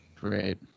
Great